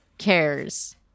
cares